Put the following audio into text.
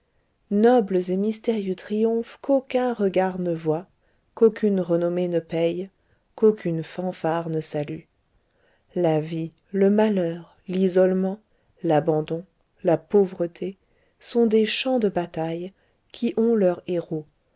nobles et mystérieux triomphes qu'aucun regard ne voit qu'aucune renommée ne paye qu'aucune fanfare ne salue la vie le malheur l'isolement l'abandon la pauvreté sont des champs de bataille qui ont leurs héros